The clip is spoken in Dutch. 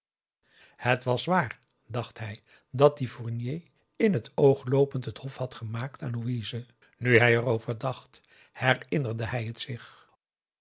het was waar dacht hij dat die fournier in het oogloopend t hof had gemaakt aan louise nu hij er over dacht herinnerde hij het zich